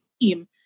team